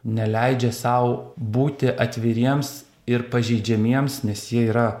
neleidžia sau būti atviriems ir pažeidžiamiems nes jie yra